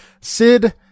Sid